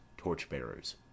Torchbearers